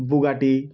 Bugatti